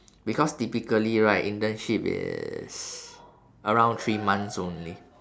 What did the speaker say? because typically right internship is around three months only